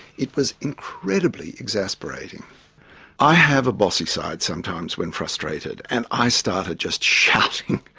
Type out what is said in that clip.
it was incredibly exasperating i have a bossy side sometimes when frustrated, and i started just shouting,